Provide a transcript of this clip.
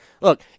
Look